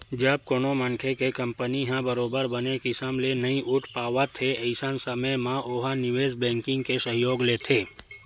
जब कोनो मनखे के कंपनी ह बरोबर बने किसम ले नइ उठ पावत हे अइसन समे म ओहा निवेस बेंकिग के सहयोग लेथे